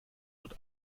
wird